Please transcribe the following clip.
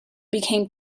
became